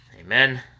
Amen